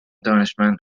دانشمند